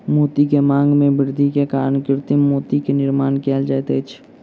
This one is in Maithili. मोती के मांग में वृद्धि के कारण कृत्रिम मोती के निर्माण कयल जाइत अछि